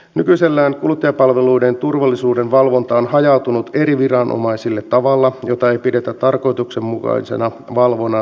nykyisellään kuluttajapalveluiden turvallisuuden valvonta on hajautunut eri viranomaisille tavalla jota ei pidetä tarkoituksenmukaisena valvonnan vaikuttavuustavoitteiden kannalta